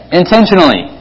intentionally